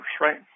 right